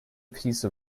piece